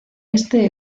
este